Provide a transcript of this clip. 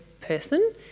person